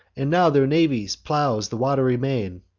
and now their navy plows the wat'ry main,